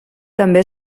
també